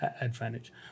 advantage